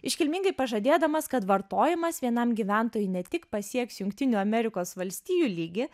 iškilmingai pažadėdamas kad vartojimas vienam gyventojui ne tik pasieks jungtinių amerikos valstijų lygį